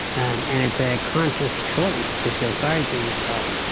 um and it's a conscious choice to feel sorry for yourself,